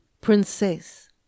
Princess